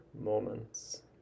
moments